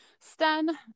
Sten